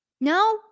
No